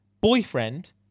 boyfriend